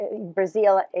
Brazil